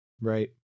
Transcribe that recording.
Right